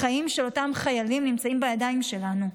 החיים של אותם חיילים נמצאים בידיים שלנו.